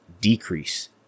decrease